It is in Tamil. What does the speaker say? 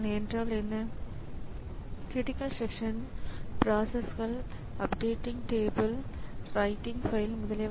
உண்மையில் இதில் நமக்கு இருக்கும் இன்டர்ஃபேஸ் வகை எதுவென்றால் இதில் இணைக்கப்பட்டிருக்கும் ஸிபியு மெமரி சிப் மற்றும் IO உபகரணங்கள் ஆகியவை